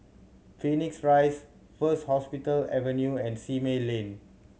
Phoenix Rise First Hospital Avenue and Simei Lane